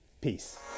peace